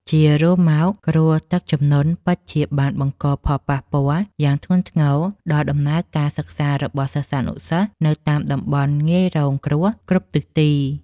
ជារួមមក គ្រោះទឹកជំនន់ពិតជាបានបង្កផលប៉ះពាល់យ៉ាងធ្ងន់ធ្ងរដល់ដំណើរការសិក្សារបស់សិស្សានុសិស្សនៅតាមតំបន់ងាយរងគ្រោះគ្រប់ទិសទី។